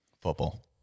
Football